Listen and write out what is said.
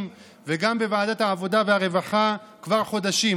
וגם בוועדת העבודה והרווחה כבר חודשים,